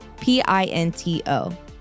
P-I-N-T-O